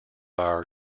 our